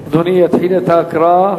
אדוני יתחיל את ההקראה.